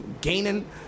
gaining